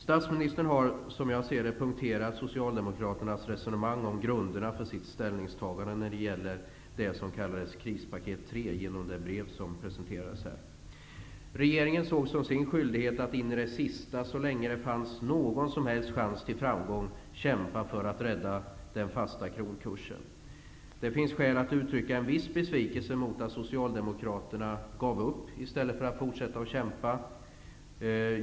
Statsministern har här punkterat Socialdemokraternas resonemang om grunderna för sitt ställningstagande när det gäller det som kallas krispaket 3 genom det brev som presenterades här. Regeringen såg det som sin skyldighet att in i det sista, så länge det fanns någon som helst chans till framgång, kämpa för att rädda den fasta kronkursen. Det finns skäl att uttryck en viss besvikelse över att Socialdemokraterna gav upp i stället för att fortsätta att kämpa.